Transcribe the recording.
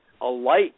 alight